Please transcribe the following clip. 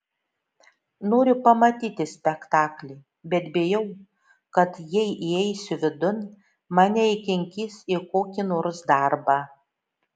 noriu pamatyti spektaklį bet bijau kad jei įeisiu vidun mane įkinkys į kokį nors darbą